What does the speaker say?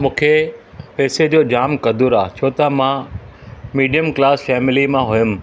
मूंखे पेसे जो जाम क़दरु आहे छो त मां मिडियम क्लास फैमिली मां हुयुमि